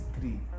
three